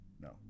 No